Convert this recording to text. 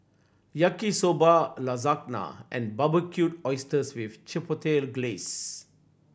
Yaki Soba Lasagna and Barbecued Oysters with Chipotle Glaze